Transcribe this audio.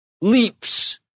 leaps